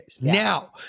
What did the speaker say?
Now